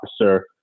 officer